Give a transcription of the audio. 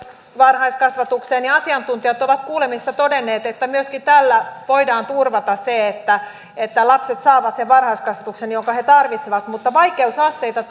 varhaiskasvatukseen ja asiantuntijat ovat kuulemisessa todenneet että myöskin tällä voidaan turvata se että että lapset saavat sen varhaiskasvatuksen jonka he tarvitsevat mutta vaikeusasteita